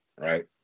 right